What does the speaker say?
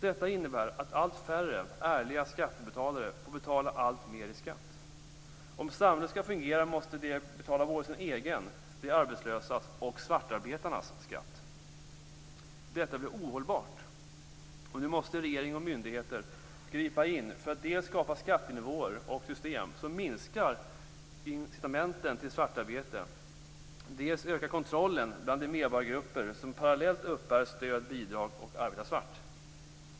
Detta innebär att allt färre ärliga skattebetalare får betala alltmer i skatt. Om samhället skall fungera måste de betala både sin egen, de arbetslösas och svartarbetarnas skatt. Detta blir ohållbart, och nu måste regering och myndigheter gripa in för att dels skapa skattenivåer och system som minskar incitamenten till svartarbete, dels öka kontrollen bland de medborgargrupper som parallellt uppbär stöd eller bidrag och arbetar svart.